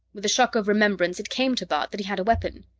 with a shock of remembrance, it came to bart that he had a weapon.